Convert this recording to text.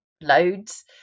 loads